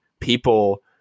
People